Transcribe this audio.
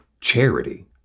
Charity